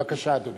בבקשה, אדוני.